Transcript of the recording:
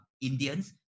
indians